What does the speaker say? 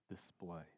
display